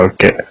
Okay